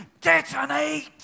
detonate